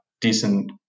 Decent